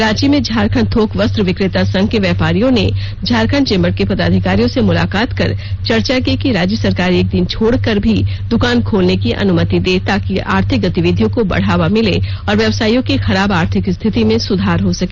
रांची में झारखंड थोक वस्त्र विक्रेता संघ के व्यापारियों ने झारखंड चेंबर के पदाधिकारियों से मुलाकात कर चर्चा की कि राज्य सरकार एक दिन छोड़ कर भी दुकान खोलने की अनुमति दे ताकि आर्थिक गतिविधियों को बढ़ावा मिले और व्यवसायियों की खराब आर्थिक स्थिति में सुधार हो सके